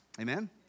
Amen